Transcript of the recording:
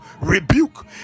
rebuke